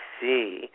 see